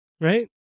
Right